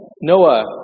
Noah